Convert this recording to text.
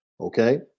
okay